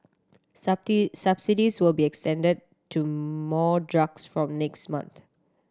subsidies will be extended to more drugs from next month